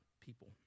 people